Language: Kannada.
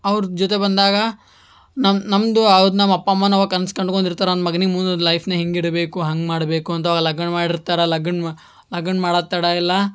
ಅವ್ರ್ ಜೊತೆ ಬಂದಾಗ ನಮ್ಮ ನಮ್ಮದು ಹೌದ್ ನಮ್ಮ ಅಪ್ಪ ಅಮ್ಮನೂ ಅವಾಗ ಕನ್ಸು ಕಂಡ್ಕೊಂದಿರ್ತಾರ ನನ್ನ ಮಗ್ನಿಗೆ ಮುಂದಿನ ಲೈಫ್ನಾಗೆ ಹಿಂಗೆ ಇಡಬೇಕು ಹಂಗೆ ಮಾಡಬೇಕು ಅಂತ ಅವಾಗ ಲಗ್ನ ಮಾಡಿರ್ತಾರೆ ಲಗ್ನ ಮಾ ಲಗ್ನ ಮಾಡೋದ್ ತಡ ಇಲ್ಲ